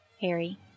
Harry